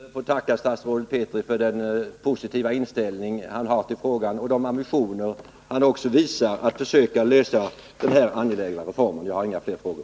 Herr talman! Jag ber att få tacka statsrådet Petri för den positiva inställning han har till frågan och för de ambitioner han visar för att försöka lösa den här angelägna reformen. Jag har inga fler frågor.